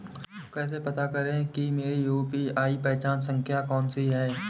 कैसे पता करें कि मेरी यू.पी.आई पहचान संख्या कौनसी है?